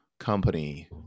company